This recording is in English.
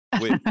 Wait